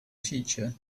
future